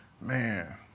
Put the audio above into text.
man